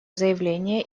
заявление